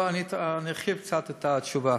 אבל אני ארחיב קצת את התשובה.